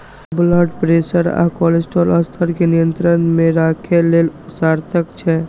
ई blood pressure आ cholesterol स्तर कें नियंत्रण मे राखै लेल सार्थक छै